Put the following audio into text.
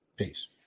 Peace